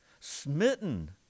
smitten